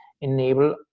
enable